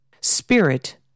Spirit